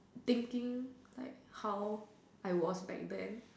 thinking like how I was back then